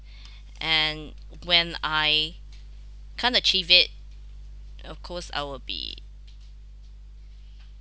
and when I can't achieve it of course I will be